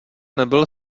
nebyl